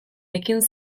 ekin